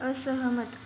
असहमत